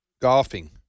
golfing